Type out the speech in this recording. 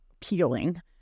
peeling